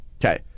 Okay